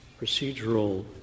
procedural